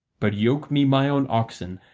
but yoke me my own oxen,